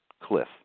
cliff